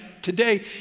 today